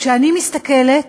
כשאני מסתכלת